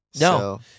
No